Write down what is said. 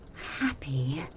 happy.